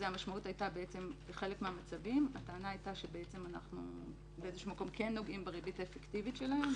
בחלק מהמצבים הטענה הייתה שאנחנו נוגעים בריבית האפקטיבית שלהם,